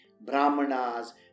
Brahmanas